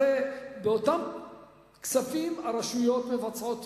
הרי באותם כספים הרשויות מבצעות